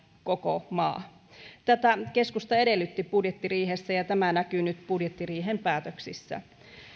koko maa tätä keskusta edellytti budjettiriihessä ja tämä näkyy nyt budjettiriihen päätöksissä